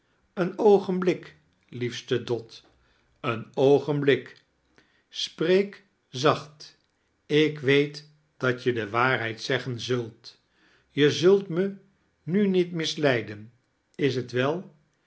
een oogenblik liefste dot een oogenblik spreek zacht ik weet dat je de waarheid aeggeo zult je zult me nu niet misleidern is t wel